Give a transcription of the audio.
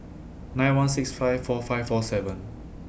nine one six five four five four seven